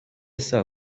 saa